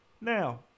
Now